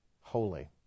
holy